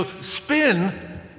spin